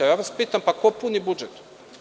Ja vas pitam – ko puni budžet?